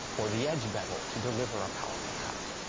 or the edge bevel to deliver a powerful cut.